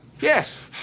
Yes